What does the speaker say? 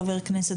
חבר כנסת,